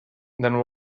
then